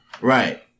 Right